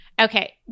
Okay